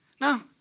No